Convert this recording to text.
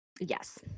Yes